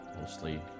mostly